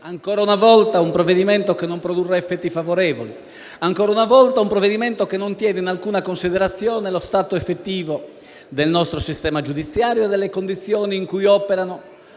Ancora una volta un provvedimento che non produrrà effetti favorevoli. Ancora una volta un provvedimento che non tiene in alcuna considerazione lo stato effettivo del nostro sistema giudiziario e delle condizioni in cui operano